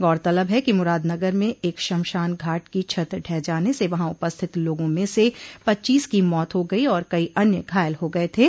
गौरतलब है कि मुरादनगर में एक शमशान घाट की छत ढह जाने से वहां उपस्थित लोगों में से पच्चीस की मौत हो गई और कई अन्य घायल हो गये थे